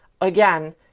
again